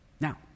Now